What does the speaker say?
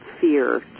fear